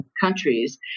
countries